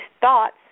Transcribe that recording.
thoughts